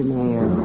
Mayor